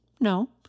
No